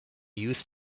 youth